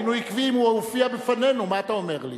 היינו עקביים, הוא הופיע בפנינו, מה אתה אומר לי?